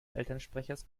elternsprechers